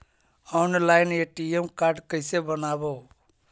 Online ATM card कैसे बनाबौ?